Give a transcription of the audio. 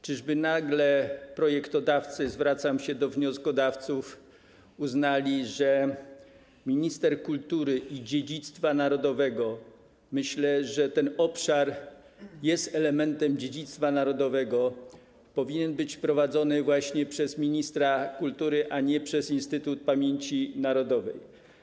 Czyżby nagle projektodawcy, zwracam się do wnioskodawców, uznali, że minister kultury i dziedzictwa narodowego - myślę że ten obszar jest elementem dziedzictwa narodowego - powinien być prowadzony właśnie przez ministra kultury, a nie przez Instytut Pamięci Narodowej?